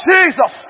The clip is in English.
Jesus